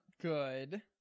Good